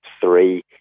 three